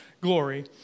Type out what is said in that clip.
glory